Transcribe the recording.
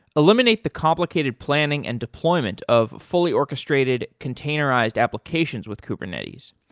eliminate the complicated planning and deployment of fully orchestrated containerized applications with kubernetes.